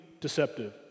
deceptive